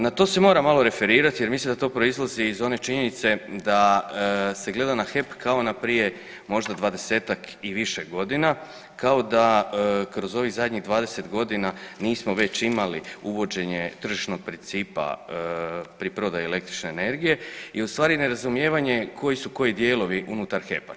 Na to se moram malo referirat jer mislim da to proizlazi iz one činjenice da se gleda na HEP kao na prije možda 20-tak i više godina kao da kroz ovih zadnjih 20.g. nismo već imali uvođenje tržišnog principa pri prodaji električne energije i u stvari nerazumijevanje koji su koji dijelovi unutar HEP-a.